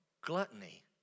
gluttony